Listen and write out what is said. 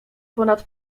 ponad